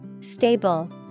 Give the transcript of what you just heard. Stable